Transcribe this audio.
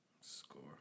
Score